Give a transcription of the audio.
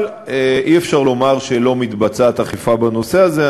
אבל אי-אפשר לומר שלא מתבצעת אכיפה בנושא הזה.